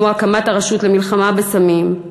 כמו הקמת הרשות למלחמה בסמים.